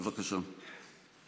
בבקשה.